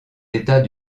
états